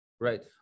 Right